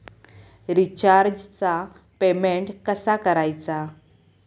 रिचार्जचा पेमेंट कसा करायचा?